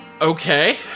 Okay